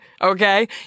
Okay